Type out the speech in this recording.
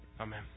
amen